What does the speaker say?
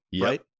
right